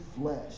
flesh